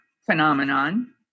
phenomenon